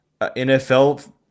NFL